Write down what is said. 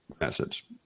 message